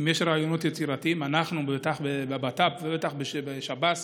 אם יש רעיונות יצירתיים, אנחנו, בטח בביטחיון פנים